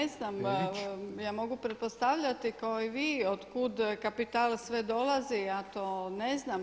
Ja ne znam, ja mogu pretpostavljati kao i vi od kud kapital sve dolazi, ja to ne znam.